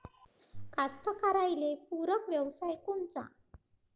कास्तकाराइले पूरक व्यवसाय कोनचा?